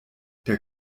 der